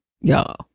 y'all